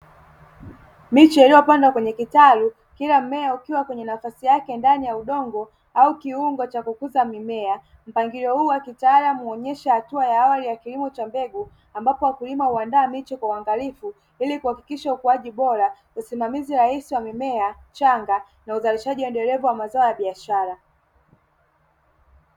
Mechi iliyopandwa kwenye kitalu kila mmea ukiwa kwenye nafasi yake ndani ya udongo au kiungo cha kukuza mimea, mpangilio huu wa kitaalamu huonyesha hatua ya awali ya kilimo cha mbegu, ambapo wakulima huandaa miche kwa uangalifu ili kuhakikisha ukuaji bora, usimamizi rahisi wa mimea changa, na uzalishaji endelevu wa mazao ya biashara.